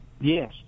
Yes